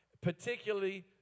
Particularly